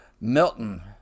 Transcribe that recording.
Milton